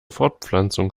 fortpflanzung